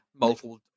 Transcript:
multiple